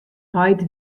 heit